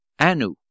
Anu